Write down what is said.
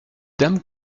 dames